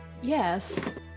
yes